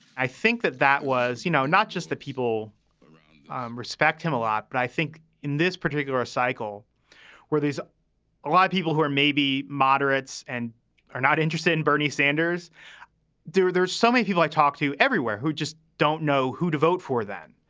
i think that that was, you know, not just that people um respect him a lot, but i think in this particular cycle where there's a lot of people who are maybe moderates and are not interested in bernie sanders there, there's so many people i talk to everywhere who just don't know who to vote for them.